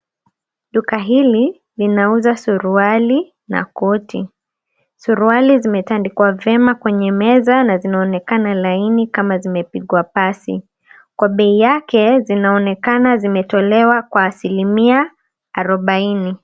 Duka hili linauza suruali na koti. Suruali zimetandikwa vyema kwenye meza na zinaonekana laini kama zimepigwa pasi. Kwa bei yake, zinaonekana zimetolewa kwa asilimia arobaini.